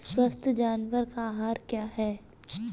स्वस्थ जानवर का आहार क्या है?